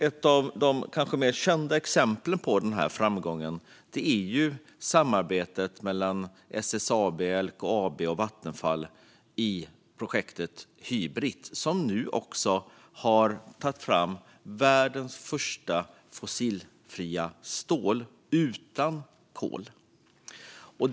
Ett av de mer kända exemplen på den här framgången är samarbetet mellan SSAB, LKAB och Vattenfall i projektet Hybrit, där man nu har tagit fram världens första fossilfria stål - stål utan kol.